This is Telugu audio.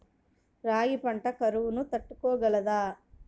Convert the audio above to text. రాగి పంట కరువును తట్టుకోగలదా?